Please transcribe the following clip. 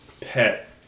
pet